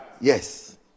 Yes